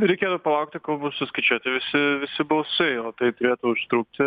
reikėtų palaukti kol bus suskaičiuoti visi visi balsai o tai turėtų užtrukti